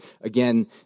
again